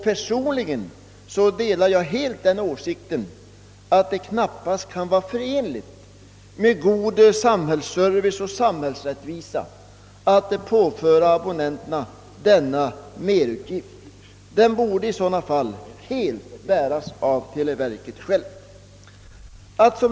Personligen delar jag helt åsikten att det knappast kan vara förenligt med god samhällsservice och samhällsrättvisa att påföra abonnenten denna merutgift. Den borde i sådana fall bäras av televerket självt.